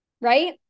right